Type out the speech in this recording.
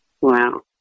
Wow